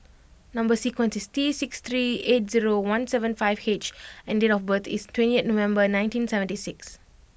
number sequence is T six three eight zero one seven five H and date of birth is twentieth November nineteen seventy six